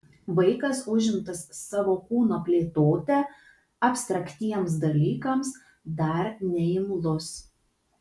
vaikas užimtas savo kūno plėtote abstraktiems dalykams dar neimlus